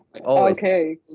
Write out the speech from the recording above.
okay